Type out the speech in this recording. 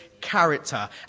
character